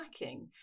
lacking